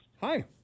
Hi